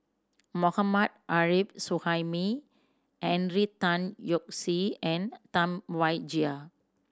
Mohammad Arif Suhaimi Henry Tan Yoke See and Tam Wai Jia